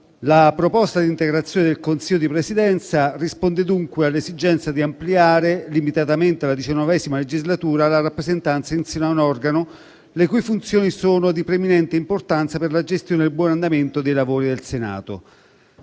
La proposta di integrazione del Consiglio di Presidenza risponde, dunque, alle esigenze di ampliare, limitatamente alla XIX legislatura, la rappresentanza in seno ad un organo le cui funzioni sono di preminente importanza per la gestione del buon andamento dei lavori del Senato.